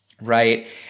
right